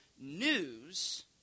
news